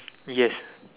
yes